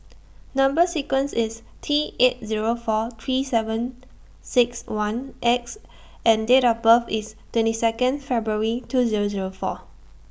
Number sequence IS T eight Zero four three seven six one X and Date of birth IS twenty Second February two Zero Zero four